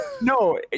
No